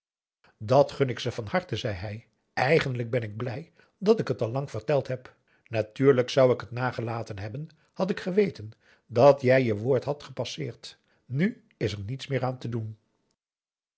dat gun ik ze van harte zei hij eigenlijk ben ik blij dat ik het al verteld heb natuurlijk zou ik t nagelaten hebben had ik geweten dat jij je woord had gepasseerd nu is er niets meer aan te doen